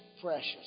precious